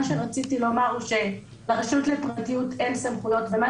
מה שרציתי לומר הוא שלרשות לפרטיות אין סמכויות ומה